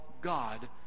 God